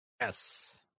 Yes